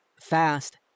Fast